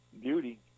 beauty